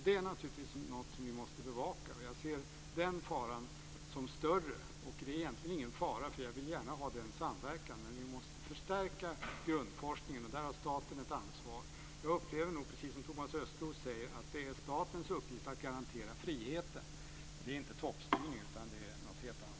Det är naturligtvis något som vi måste bevaka. Jag anser att den faran är större. Det är egentligen ingen fara. Jag vill gärna ha denna samverkan, men vi måste förstärka grundforskningen. Där har staten ett ansvar. Jag upplever nog att det är precis som Thomas Östros säger, nämligen att det är statens uppgift att garantera friheten. Det är inte toppstyrning, utan det är något helt annat.